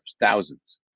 thousands